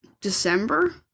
December